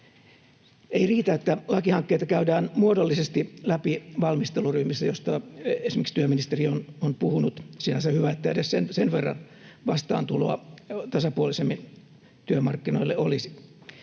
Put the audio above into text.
Ei riitä, että lakihankkeita käydään muodollisesti läpi valmisteluryhmissä, joista esimerkiksi työministeri on puhunut — sinänsä hyvä, että edes sen verran vastaantuloa tasapuolisemmille työmarkkinoille olisi.